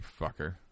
fucker